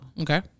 Okay